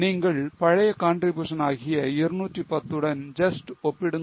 நீங்கள் பழைய contribution ஆகிய 210 உடன் just ஒப்பிடுங்கள்